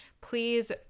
Please